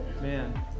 man